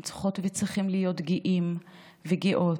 הם צריכות וצריכים להיות גאים וגאות.